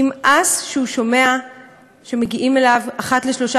נמאס לו שהוא שומע שמגיעים אליו אחת לשלושה